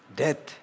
death